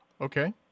Okay